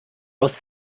aus